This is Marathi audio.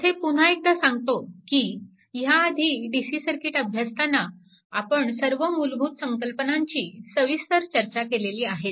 येथे पुन्हा एकदा सांगतो की या आधी DC सर्किट अभ्यासताना आपण सर्व मूलभूत संकल्पनाची सविस्तर चर्चा केलेली आहेच